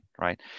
right